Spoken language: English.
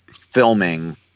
filming